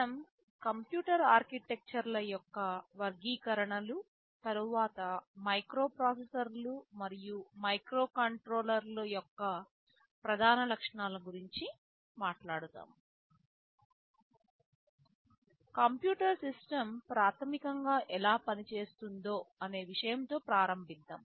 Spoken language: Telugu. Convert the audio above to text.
మనం కంప్యూటర్ ఆర్కిటెక్చర్ల యొక్క వర్గీకరణలు తరువాత మైక్రోప్రాసెసర్లు మరియు మైక్రోకంట్రోలర్లయొక్క ప్రధాన లక్షణాలు గురించి మాట్లాడుతాము కంప్యూటర్ సిస్టమ్ ప్రాథమికంగా ఎలా పనిచేస్తుందో అనే విషయం తో ప్రారంభిద్దాం